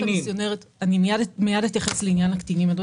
אני לא יכול